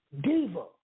Diva